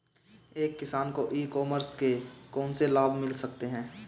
एक किसान को ई कॉमर्स के कौनसे लाभ मिल सकते हैं?